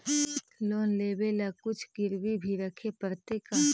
Loan लेबे ल कुछ गिरबी भी रखे पड़तै का?